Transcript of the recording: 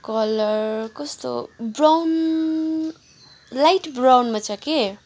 colour कस्तो brown light ब्राउनमा छ के